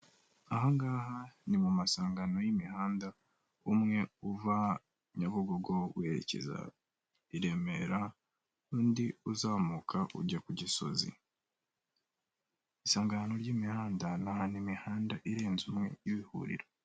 Aha ngaha ni mu masangano y'imihanda umwe uva Nyabugogo werekeza i Remera undi uzamuka ujya ku Gisozi. Isangano ry'imihanda ni ahantu imihanda irenze umwe iba ihurira.